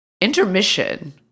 intermission